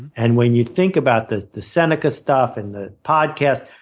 and when you think about the the seneca stuff and the podcast,